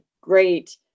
great